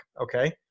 okay